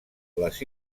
les